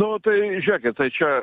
nu tai žiurėkit tai čia